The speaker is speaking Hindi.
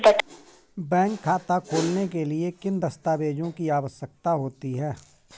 बैंक खाता खोलने के लिए किन दस्तावेजों की आवश्यकता होती है?